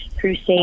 crusade